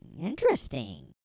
Interesting